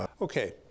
Okay